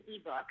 ebook